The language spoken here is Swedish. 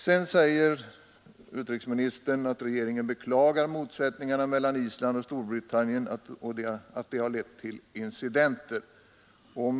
Sedan säger utrikesministern: ”Regeringen beklagar att motsättningarna mellan Island och Storbritannien lett till incidenter.